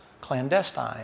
clandestine